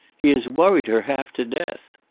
he has worried her half to death.